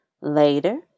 Later